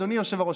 אדוני היושב-ראש,